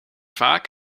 vaak